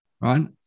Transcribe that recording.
right